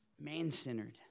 man-centered